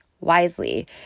wisely